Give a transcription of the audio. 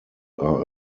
are